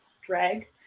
drag